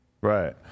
right